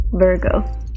Virgo